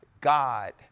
God